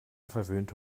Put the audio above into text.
verwöhnte